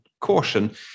caution